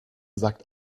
sagt